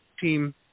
team